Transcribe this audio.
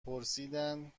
پرسیدند